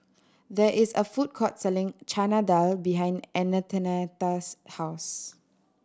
there is a food court selling Chana Dal behind Antonetta's house